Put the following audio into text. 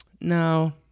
No